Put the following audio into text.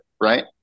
right